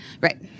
right